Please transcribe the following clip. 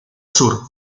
sur